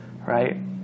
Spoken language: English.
right